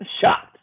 Shocked